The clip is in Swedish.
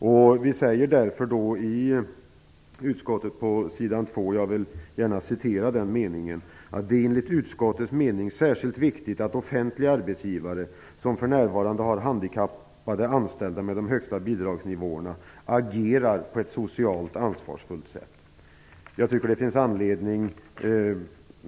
Jag vill därför gärna citera en mening ur utskottsbetänkandet på s. 2: "Det är enligt utskottets mening särskilt viktigt att offentliga arbetsgivare som för närvarande har handikappade anställda med de högsta bidragsnivåerna agerar på ett socialt ansvarsfullt sätt."